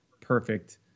perfect